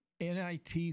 NIT